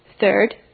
Third